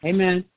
Amen